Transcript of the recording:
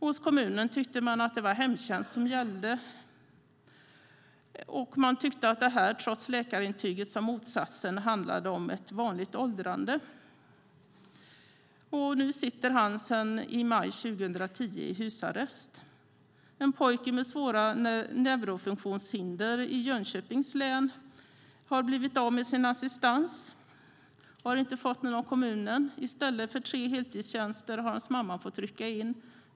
Hos kommunen tyckte man att det var hemtjänst som gällde och att det här trots att läkarintyget sade motsatsen handlade om ett vanligt åldrande. Nu sitter han sedan i maj 2010 i husarrest. En pojke med svåra neurofunktionshinder i Jönköpings län har blivit av med sin assistans och har inte fått någon av kommunen. I stället för tre heltidstjänster har hans mamma fått rycka in.